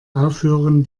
aufhören